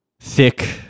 Thick